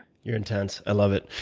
you're intense. i love it.